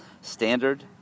standard